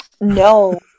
No